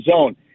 zone